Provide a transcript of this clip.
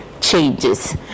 changes